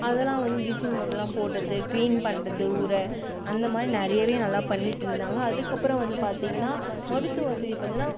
அதெலாம் வந்து ப்ளீச்சிங் பவுடர்லாம் போடுறது க்ளீன் பண்ணுறது ஊரை அந்த மாதிரி நிறையவே நல்லா பண்ணிட்டுருந்தாங்க அதற்கப்றம் வந்து பார்த்தீங்கன்னா மருத்துவ வசதி பார்த்திங்கன்னா